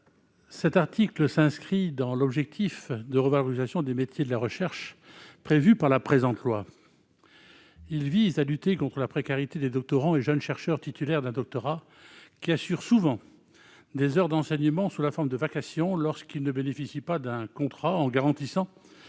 L'article 6 s'inscrit dans l'objectif de revalorisation des métiers de la recherche visé par le présent projet de loi. Il tend à lutter contre la précarité des doctorants et jeunes chercheurs titulaires d'un doctorat, qui assurent souvent des heures d'enseignement sous la forme de vacation lorsqu'ils ne bénéficient pas d'un contrat, en garantissant